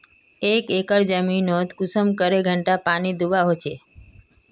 एक एकर जमीन नोत कुंसम करे घंटा पानी दुबा होचए?